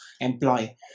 employ